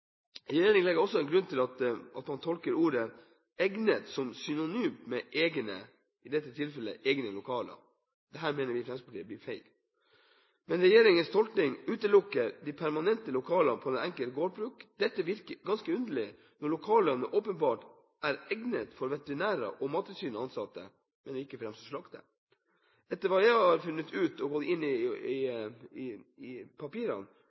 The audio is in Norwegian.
Regjeringen legger også til grunn at ordet «egnet» er synonymt med «egne», i dette tilfellet egne lokaler. Dette mener vi i Fremskrittspartiet blir feil. Regjeringens tolkning utelukker de permantente lokalene på det enkelte gårdsbruk. Dette virker ganske underlig, når lokalene åpenbart er egnet for veterinærer og Mattilsynets ansatte, men ikke for dem som skal slakte. Etter hva jeg har funnet ut etter å ha gått inn i papirene,